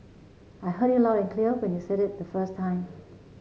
I heard you loud and clear when you said it the first time